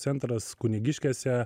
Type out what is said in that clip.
centras kunigiškėse